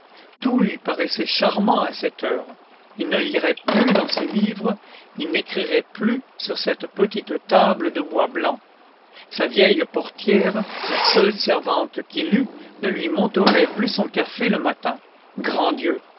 tout lui paraissait charmant à cette heure il ne lirait plus dans ces livres il n'écrirait plus sur cette petite table de bois blanc sa vieille portière la seule servante qu'il eût ne lui monterait plus son café le matin grand dieu